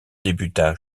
débuta